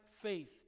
faith